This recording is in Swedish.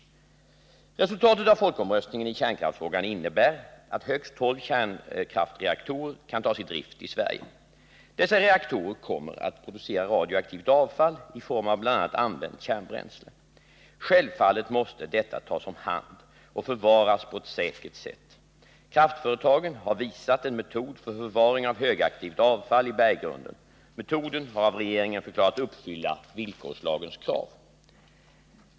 Resultatet av folkomröstningen i kärnkraftsfrågan innebär att högst 12 kärnkraftreaktorer kan tas i drift i Sverige. Dessa reaktorer kommer att producera radioaktivt avfall i form av bl.a. använt kärnbränsle. Självfallet måste detta tas om hand och förvaras på ett säkert sätt. Kraftföretagen har visat en metod för förvaring av högaktivt avfall i berggrunden. Metoden har av regeringen förklarats uppfylla villkorslagens krav.